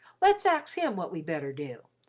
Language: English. let's ax him what we'd better do.